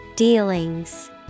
Dealings